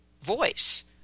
voice